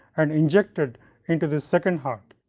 and injected in to this second heart.